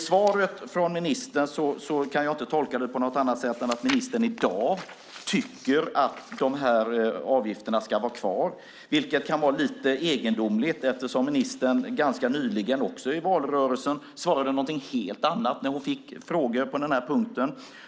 Svaret från ministern kan jag inte tolka på något annat sätt än att ministern i dag tycker att de här avgifterna ska vara kvar, vilket kan vara lite egendomligt eftersom ministern ganska nyligen, också i valrörelsen, svarade något helt annat när hon fick frågor på den här punkten.